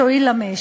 כל שנה: